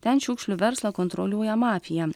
ten šiukšlių verslą kontroliuoja mafija